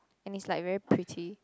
and it's like very pretty